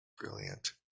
brilliant